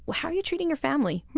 how are you treating your family,